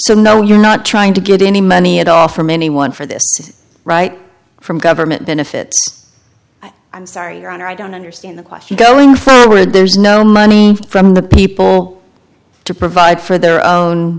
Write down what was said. so no you're not trying to get any money it off from anyone for this right from government benefits i'm sorry your honor i don't understand the question going forward there's no money from the people to provide for their own